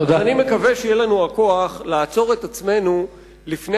אז אני מקווה שיהיה לנו הכוח לעצור את עצמנו לפני